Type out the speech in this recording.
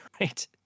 right